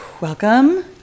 Welcome